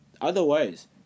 Otherwise